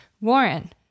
Warren